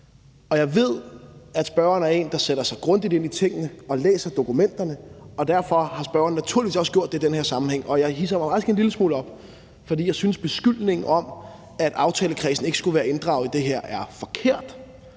Og jeg ved, at spørgeren er en, der sætter sig grundigt ind i tingene og læser dokumenterne, og derfor har spørgeren naturligvis også gjort det i den her sammenhæng, og jeg hidser mig faktisk en lille smule om, fordi jeg synes, at beskyldningen om, at aftalekredsen ikke skulle være blevet inddraget i det her, er forkert.